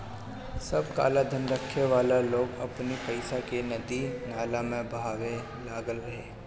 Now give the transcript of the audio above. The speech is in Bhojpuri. सब कालाधन रखे वाला लोग अपनी पईसा के नदी नाला में बहावे लागल रहे